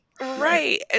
right